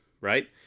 Right